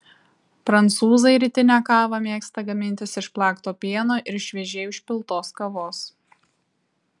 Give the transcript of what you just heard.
prancūzai rytinę kavą mėgsta gamintis iš plakto pieno ir šviežiai užpiltos kavos